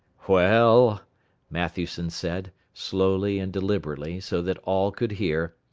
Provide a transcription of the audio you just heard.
well, matthewson said, slowly and deliberately, so that all could hear,